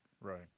Right